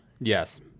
Yes